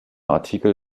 artikel